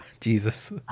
Jesus